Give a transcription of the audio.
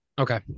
Okay